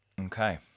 Okay